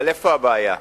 אבל איפה הבעיה,